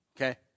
okay